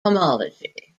homology